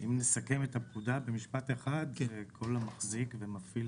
אם נסכם את הפקודה במשפט אחד: כל המחזיק ומפעיל